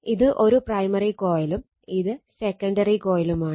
ഇത് ഒരു പ്രൈമറി കോയിലും ഇത് സെക്കണ്ടറി കോയിലുമാണ്